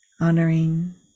honoring